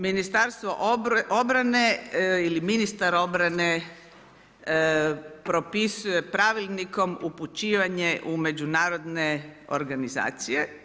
Ministarstvo obrane ili ministar obrane propisuje pravilnikom upućivanje u međunarodne organizacije.